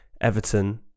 Everton